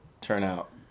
turnout